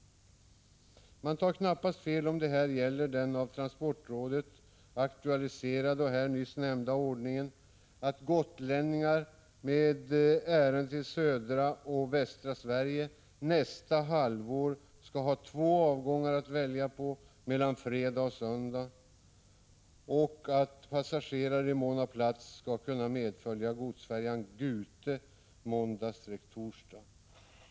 Man tar knappast fel om man tror att det här gäller den av transportrådet aktualiserade, här nyss nämnda, ordningen att gotlänningar med ärende till södra och västra Sverige nästa halvår skall ha två avgångar att välja på mellan fredag och söndag och att passagerare i mån av plats skall kunna medfölja godsfärjan Gute måndag-torsdag.